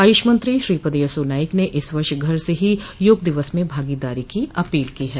आयुष मंत्री श्रीपद यसो नाइक ने इस वर्ष घर से ही योग दिवस में भागीदारी की अपील की है